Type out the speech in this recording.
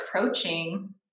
approaching